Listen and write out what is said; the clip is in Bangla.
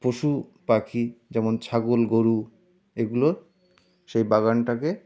পশু পাখি যেমন ছাগল গোরু এগুলো সেই বাগানটাকে